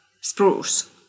spruce